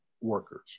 workers